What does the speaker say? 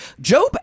Job